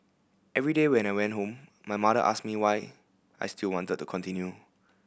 every day when I went home my mother asked me why I still wanted to continue